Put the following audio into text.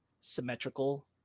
symmetrical